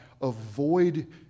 avoid